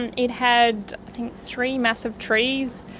and it had three massive trees,